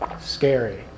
scary